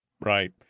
Right